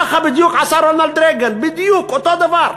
כך בדיוק עשה רונלד רייגן, בדיוק אותו דבר.